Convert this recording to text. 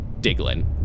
Diglin